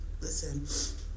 listen